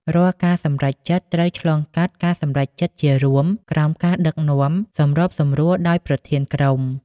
រាល់ការសម្រេចចិត្តត្រូវឆ្លងកាត់ការសម្រេចចិត្តជារួម ក្រោមការដឹកនាំសម្របសម្រួលដោយប្រធានក្រុម។